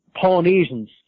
Polynesians